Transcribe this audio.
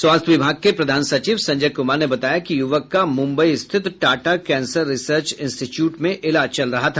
स्वास्थ्य विभाग के प्रधान सचिव संजय कुमार ने बताया कि युवक का मुंबई स्थित टाटा कैंसर रिसर्च इंस्टीच्यूट में इलाज चल रहा था